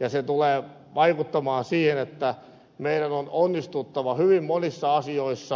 ja se tulee vaikuttamaan siihen että meidän on onnistuttava hyvin monissa asioissa